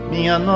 Minha